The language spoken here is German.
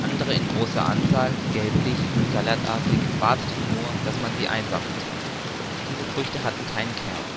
andere in großer anzahl gelblich und gallertartig warteten nur daß man sie einsammelte diese früchte hatten gar keinen kern